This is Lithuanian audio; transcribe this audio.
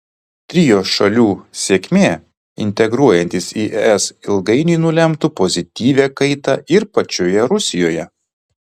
trio šalių sėkmė integruojantis į es ilgainiui nulemtų pozityvią kaitą ir pačioje rusijoje